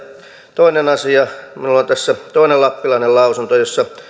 toinen asia minulla on tässä toinen lappilainen lausunto jossa